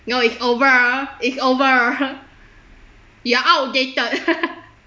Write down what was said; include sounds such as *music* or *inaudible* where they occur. no it's over it's over *laughs* you are outdated *laughs*